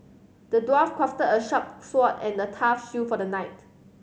the dwarf crafted a sharp sword and the tough shield for the knight